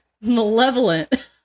malevolent